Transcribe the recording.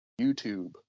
YouTube